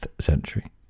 century